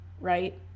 right